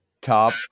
top